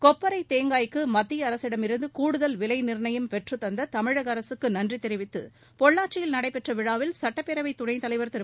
கொப்பரை தேங்காய்க்கு மத்திய அரசிடமிருந்து கூடுதல் விலை நிர்ணயம் பெற்றுத்தந்த தமிழக அரசுக்கு நன்றி தெரிவித்து பொள்ளாச்சியில் நடைபெற்ற விழாவில் சுட்டப்பேரவை துணைத் தலைவர் திரு